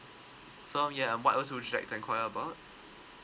so ya what else would you like to inquire about